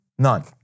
None